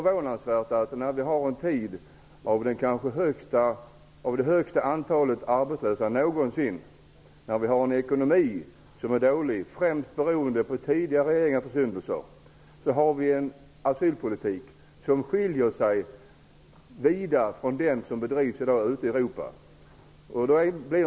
Vi har nu det högsta antalet arbetslösa någonsin och en dålig ekonomi, främst beroende på tidigare regeringars försyndelser. Det är då förvånansvärt att vi har en asylpolitik som skiljer sig vida från den som i dag bedrivs ute i Europa.